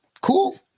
cool